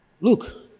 Look